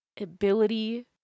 ability